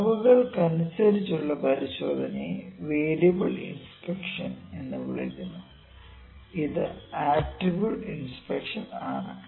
അളവുകൾക്കനുസരിച്ചുള്ള പരിശോധനയെ variable inspection എന്ന് വിളിക്കുന്നു അത് ആട്രിബ്യൂട്ട് ഇൻസ്പെക്ഷൻ ആണ്